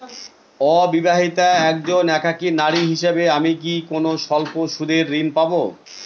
অবিবাহিতা একজন একাকী নারী হিসেবে আমি কি কোনো স্বল্প সুদের ঋণ পাব?